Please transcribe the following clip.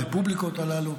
ברפובליקות הללו,